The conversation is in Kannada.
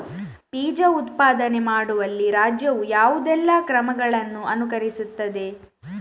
ಬೀಜ ಉತ್ಪಾದನೆ ಮಾಡುವಲ್ಲಿ ರಾಜ್ಯವು ಯಾವುದೆಲ್ಲ ಕ್ರಮಗಳನ್ನು ಅನುಕರಿಸುತ್ತದೆ?